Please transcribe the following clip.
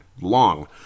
Long